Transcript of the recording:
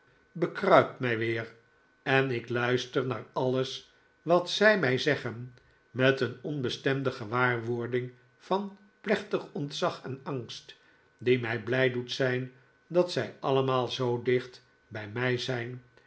bekruipt mij weer en ik luister naar alles wat zij mij zeggen met een onbestemde gewaarwording van plechtig ontzag en angst die mij blij doet zijn dat zij allemaal zoo dicht bij mij zijn